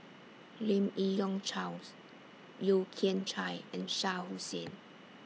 Lim Yi Yong Charles Yeo Kian Chai and Shah Hussain